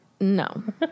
No